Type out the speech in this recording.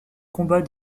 combat